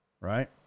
right